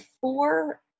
four